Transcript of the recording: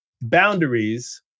boundaries